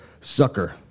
Sucker